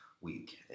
Week